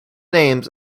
names